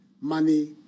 money